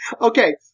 Okay